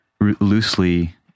loosely